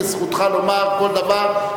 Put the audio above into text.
זכותך לומר כל דבר,